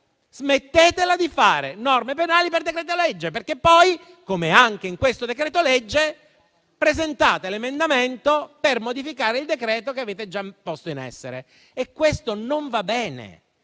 smettetela di fare norme penali per decreto-legge, perché poi, come anche in questo decreto-legge, presentate emendamenti per modificare il decreto che avete già posto in essere. Questo non va bene,